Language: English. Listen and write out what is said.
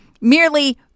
merely